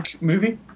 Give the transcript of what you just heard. movie